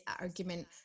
argument